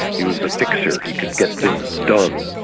he was the fixer, he could get things done.